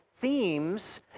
themes